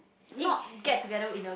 not get together in a